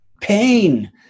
pain